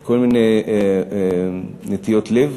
כל מיני נטיות לב,